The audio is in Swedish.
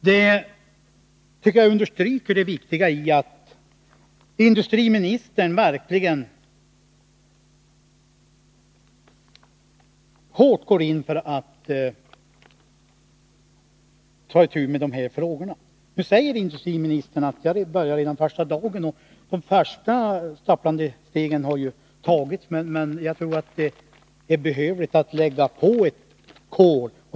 Detta tycker jag understryker vikten av att industriministern verkligen går hårt in för att ta itu med de här frågorna. Nu säger industriministern att han började redan första dagen, och de första stapplande stegen har ju tagits, men jag tror att det är behövligt att lägga på ett kol.